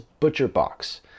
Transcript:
ButcherBox